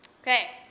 Okay